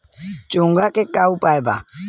चोंगा के का उपयोग बा?